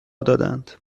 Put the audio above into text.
دادند